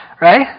Right